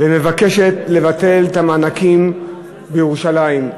המבקשת לבטל את המענקים בירושלים,